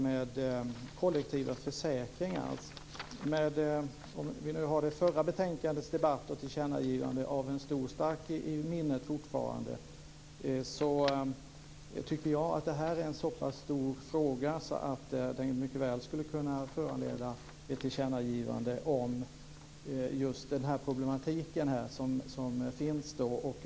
Medan vi fortfarande har debatten i anslutning till det förra betänkandet och tillkännagivandet i det starkt kvar i minnet vill jag säga att det här är en så pass stor fråga att den mycket väl skulle kunna föranleda ett tillkännagivande om den problematik som här finns.